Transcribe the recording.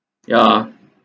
yeah